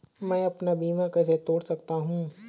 मैं अपना बीमा कैसे तोड़ सकता हूँ?